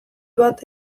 bat